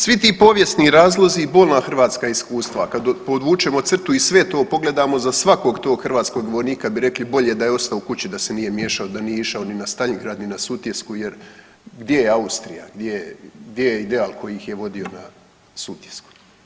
Svi ti povijesni razlozi i bolna hrvatska iskustva kad podvučemo crtu i sve to pogledamo za svakog tog hrvatskog vojnika bi rekli bolje da je ostao u kući da se nije miješao, da nije išao ni na Staljingran, ni na Sutjesku jer gdje je Austrija, gdje je, gdje je ideal koji ih je vodio na Sutjesku.